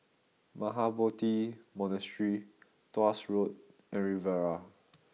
Mahabodhi Monastery Tuas Road and Riviera